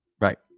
Right